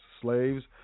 slaves